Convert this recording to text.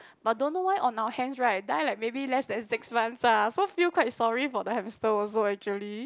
but don't know why on our hands right die like maybe less than six months ah so feel quite sorry for the hamster also actually